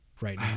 right